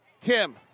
Tim